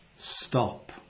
stop